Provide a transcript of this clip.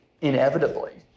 inevitably